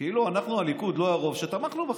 כאילו אנחנו, הליכוד, לא הרוב שתמכנו בכם.